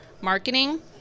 marketing